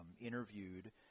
interviewed